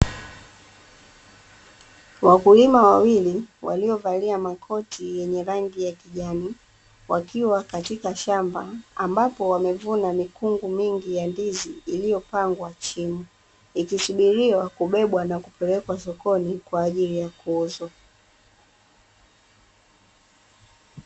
Wakulima wawili waliovalia makoti yenye rangi ya kijani wakiwa katika shamba ambapo wanevuna mikungu mingi ya ndizi iliyopangwa chini, ikisubiriwa kubebwa na kupeleka sokoni kwajili ya kuuzwa.